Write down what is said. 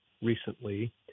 recently